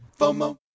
FOMO